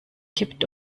kippt